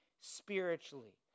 spiritually